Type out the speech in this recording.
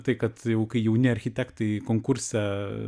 tai kad kai jauni architektai konkurse